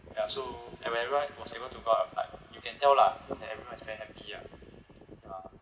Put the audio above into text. ya so when everyone was able to go out like you can tell lah that everyone is very happy lah ya